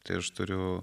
tai aš turiu